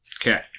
Okay